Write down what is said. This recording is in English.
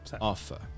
offer